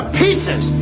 pieces